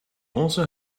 also